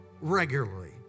Regularly